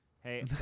Hey